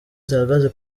zihagaze